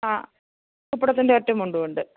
ആ കുപ്പടത്തിൻ്റെ ഒറ്റ മുണ്ടൂണ്ട്